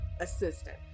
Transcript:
Assistant